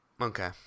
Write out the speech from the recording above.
okay